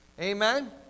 Amen